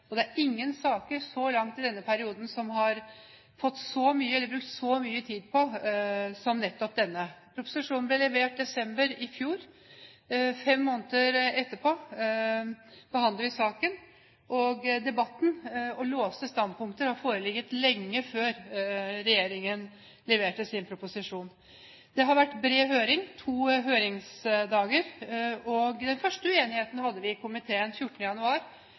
og det er ingen saker så langt i denne perioden som man har brukt så mye tid på som nettopp denne. Proposisjonen ble levert desember i fjor. Fire måneder etterpå behandler vi saken og har debatten. Låste standpunkter har foreligget lenge før regjeringen leverte sin proposisjon. Det har vært bred høring – to høringsdager. Den første uenigheten hadde vi i komiteen 14. januar,